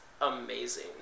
amazing